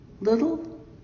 Little